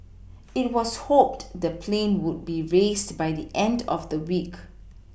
it was hoped the plane would be raised by the end of the week